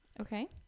Okay